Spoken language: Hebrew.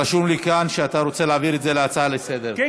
רשום לי כאן שאתה רוצה להעביר את זה להצעה לסדר-היום,